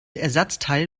ersatzteil